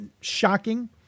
shocking